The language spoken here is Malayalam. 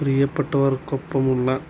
പ്രിയപ്പെട്ടവർക്കൊപ്പം ഉള്ള